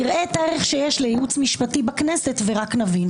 תראה את הערך שיש לייעוץ משפטי בכנסת ותבין.